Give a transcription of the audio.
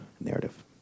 narrative